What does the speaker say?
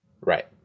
Right